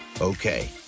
Okay